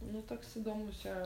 nu toks įdomus čia